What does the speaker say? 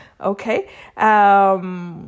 Okay